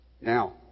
Now